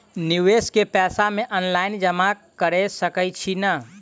निवेश केँ पैसा मे ऑनलाइन जमा कैर सकै छी नै?